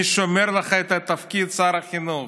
אני שומר לך את תפקיד שר החינוך.